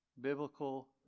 biblical